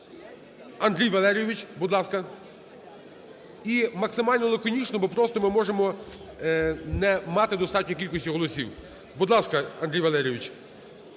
Андрій Валерійович, будь ласка. І максимально лаконічно, бо просто ми можемо не мати достатньої кількості голосів. Будь ласка, Андрій Валерійович.